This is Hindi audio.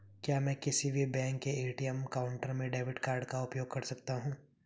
क्या मैं किसी भी बैंक के ए.टी.एम काउंटर में डेबिट कार्ड का उपयोग कर सकता हूं?